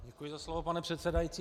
Děkuji za slovo, pane předsedající.